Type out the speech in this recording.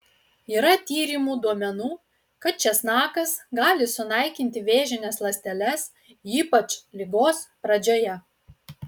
yra tyrimų duomenų kad česnakas gali sunaikinti vėžines ląsteles ypač ligos pradžioje